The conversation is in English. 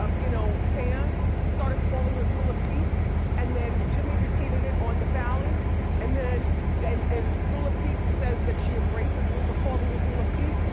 um you know fans started callin' her dula peep and then jimmy repeated it on the fallon and then then and dula peep says that she embraces me for calling her dula peep.